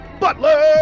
butler